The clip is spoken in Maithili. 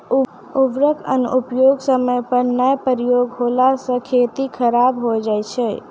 उर्वरक अनुप्रयोग समय पर नाय प्रयोग होला से खेती खराब हो जाय छै